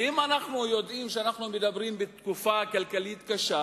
ואם אנחנו יודעים שאנחנו מדברים בתקופה כלכלית קשה,